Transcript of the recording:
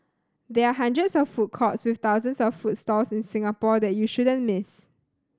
there are hundreds of food courts with thousands of food stalls in Singapore that you shouldn't miss